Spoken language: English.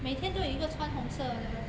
每天都有一个穿红色的